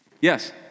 Yes